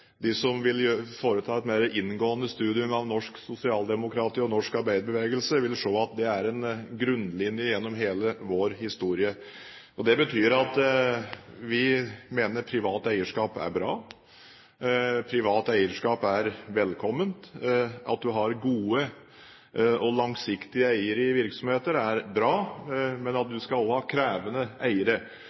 De som vil foreta et mer inngående studium av norsk sosialdemokrati og norsk arbeiderbevegelse, vil se at det er en grunnlinje gjennom hele vår historie. Det betyr at vi mener privat eierskap er bra, privat eierskap er velkomment. At du har gode og langsiktige eiere i virksomheter, er bra, men du skal også ha krevende eiere.